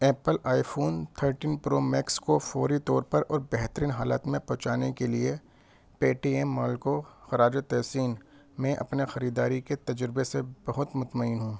apple iPhone thirteen pro max کو فوری طور پر اور بہترین حالت میں پہنچانے کے لیے پے ٹی ایم مال کو خراج تحسین میں اپنے خریداری کے تجربے سے بہت مطمئن ہوں